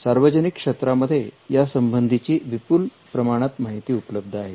सार्वजनिक क्षेत्रामध्ये यासंबंधी ची विपुल प्रमाणात माहिती उपलब्ध आहे